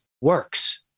works